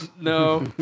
No